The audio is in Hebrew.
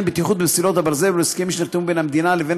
בטיחות במסילות ברזל ולהסכמים שנחתמו בין המדינה לבין